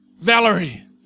Valerie